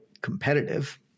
competitive